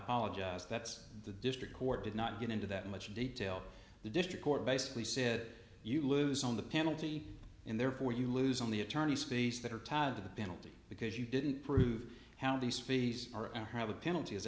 holla jobs that's the district court did not get into that much detail the district court basically said you lose on the penalty and therefore you lose on the attorneys fees that are tied to the penalty because you didn't prove how these fees are and have a penalt